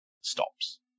stops